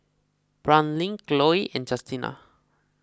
Brandin Khloe and Justina